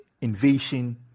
invasion